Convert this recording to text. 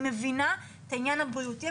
אני מבינה את העניין הבריאותי,